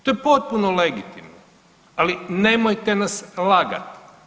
To je potpuno legitimno, ali nemojte nas lagati.